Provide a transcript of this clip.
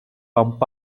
pump